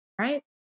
right